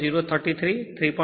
033 3